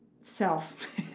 self